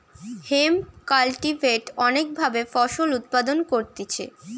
hemp cultivate অনেক ভাবে ফসল উৎপাদন করতিছে